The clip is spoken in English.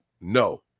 No